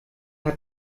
hat